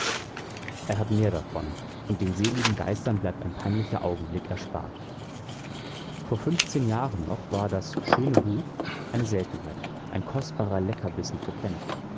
er hat mehr davon und den seligen geistern bleibt ein peinlicher augenblick erspart vor fünfzehn jahren noch war das schöne buch eine seltenheit ein kostbarer leckerbissen für kenner